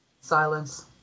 Silence